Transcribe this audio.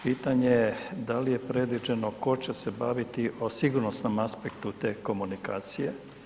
Pitanje je da li je predviđeno, tko će se baviti o sigurnosnom aspektu te komunikacije?